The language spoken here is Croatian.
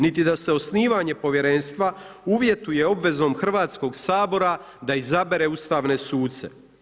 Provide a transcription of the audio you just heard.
Niti da se osnivanje povjerenstva, uvjetuje obvezom Hrvatskog sabora da izabire ustavne suce.